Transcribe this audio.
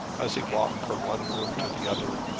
as he walked from one room to the other,